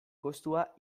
kostua